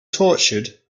tortured